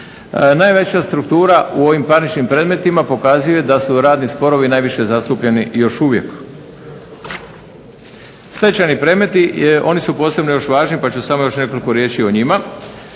Najveća struktura u ovim parničnim predmetima pokazuje da su radni sporovi najviše zastupljeni još uvijek. Stečajni predmeti oni su posebno još važni pa ću samo još nekoliko riječi i o njima.